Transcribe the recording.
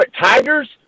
Tigers